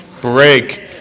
break